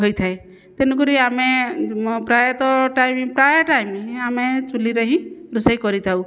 ହୋଇଥାଏ ତେଣୁ କରି ଆମେ ପ୍ରାୟତଃ ଟାଇମ ପ୍ରାୟ ଟାଇମ ଆମେ ଚୁଲିରେ ହିଁ ରୋଷେଇ କରିଥାଉ